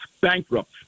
bankrupt